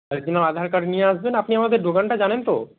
original Aadhaar card নিয়ে আসবেন আপনি আমাদের দোকানটা জানেন তো